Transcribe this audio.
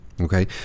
Okay